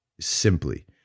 Simply